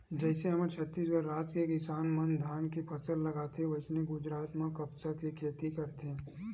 जइसे हमर छत्तीसगढ़ राज के किसान मन धान के फसल लगाथे वइसने गुजरात म कपसा के खेती करथे